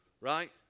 Right